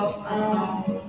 ah